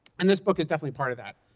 and this book is definitely part of that.